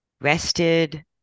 rested